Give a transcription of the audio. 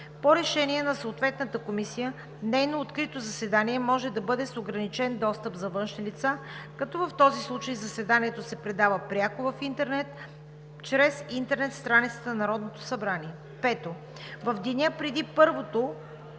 По решение на съответната комисия нейно открито заседание може да бъде с ограничен достъп за външни лица, като в този случай заседанието се предава пряко в интернет чрез интернет страницата на Народното събрание. 5. В деня преди първото